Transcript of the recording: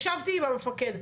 ישבתי עם המפקד.